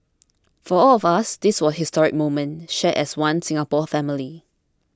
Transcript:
for all of us this was a historic moment shared as One Singapore family